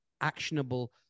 actionable